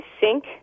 sink